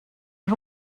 who